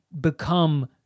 become